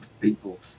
people